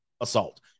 assault